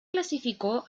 clasificó